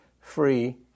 free